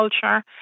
culture